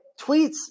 tweets